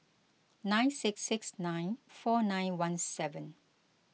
nine six six nine four nine one seven